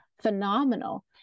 phenomenal